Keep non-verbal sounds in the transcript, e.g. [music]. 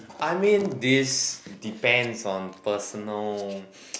I mean this depends on personal [noise]